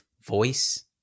voice